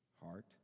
Heart